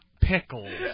pickles